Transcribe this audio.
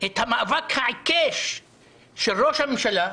את המאבק עיקש של ראש הממשלה,